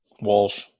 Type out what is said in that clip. Walsh